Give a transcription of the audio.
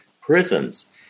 prisons